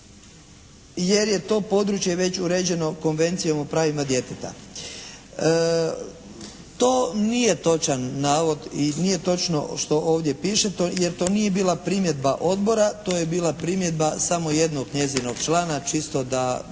jer je to područje već uređeno Konvencijom o pravima djeteta. To nije točan navod i nije točno što ovdje piše, jer to nije bila primjedba odbora, to je bila primjedba samo jednog njezinog člana čisto da